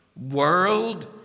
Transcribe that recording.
world